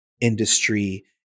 industry